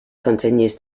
continues